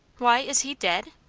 why, is he dead?